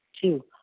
Two